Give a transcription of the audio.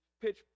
pitch